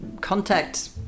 contact